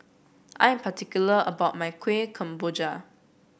I am particular about my Kuih Kemboja